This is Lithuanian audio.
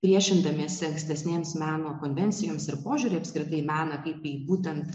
priešindamiesi ankstesnėms meno tendencijoms ir požiūriui apskritai į meną kaip į būtent